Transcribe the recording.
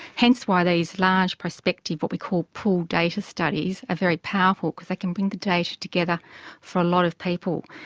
hence why these large, prospective what we call pooled data studies are very powerful, because they can bring data together for a lot of people.